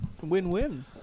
win-win